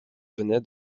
venaient